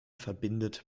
verbindet